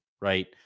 right